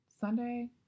Sunday